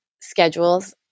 schedules